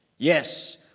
Yes